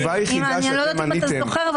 אני לא יודעת אם אתה זוכר,